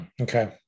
Okay